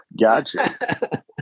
gotcha